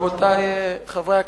רבותי חברי הכנסת,